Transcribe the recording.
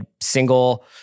single